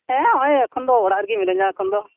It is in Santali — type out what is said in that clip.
ᱦᱮᱸ ᱦᱚᱭᱼᱚᱭ ᱮᱠᱷᱚᱱ ᱫᱚ ᱚᱲᱟᱜ ᱨᱮᱜᱮ ᱢᱤᱱᱟ ᱧᱟᱹ ᱮᱠᱷᱚᱱ ᱫᱚ